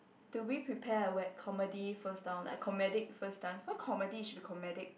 do we prepare a we~ comedy first down like comedic first dance why comedy should be comedic